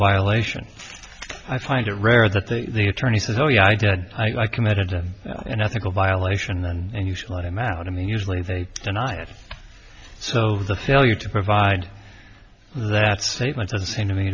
violation i find it rare that the attorney says oh yeah i did i committed an ethical violation and you should let him out i mean usually they deny it so the failure to provide that statement doesn't seem to me